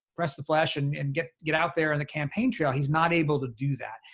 press the flash and and get get out there on the campaign trail. he's not able to do that.